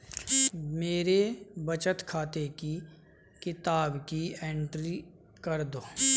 मेरे बचत खाते की किताब की एंट्री कर दो?